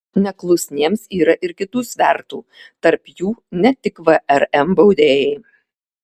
neklusniems yra ir kitų svertų tarp jų ne tik vrm baudėjai